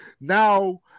now